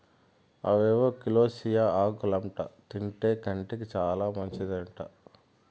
అవేవో కోలోకేసియా ఆకులంట తింటే కంటికి చాలా మంచిదంట